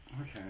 Okay